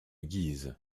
guise